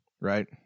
right